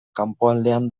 kanpoaldean